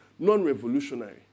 non-revolutionary